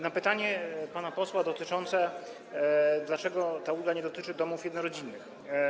Na pytanie pana posła dotyczące tego, dlaczego ta ulga nie dotyczy domów jednorodzinnych.